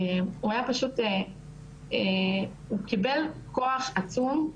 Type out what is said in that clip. על הדברים האינטימיים שקורים אצלם בתוך החדר.